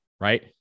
right